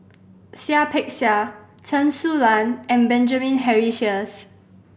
Seah Peck Seah Chen Su Lan and Benjamin Henry Sheares